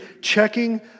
checking